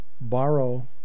borrow